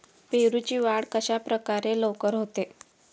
पेरूची वाढ कशाप्रकारे लवकर होते?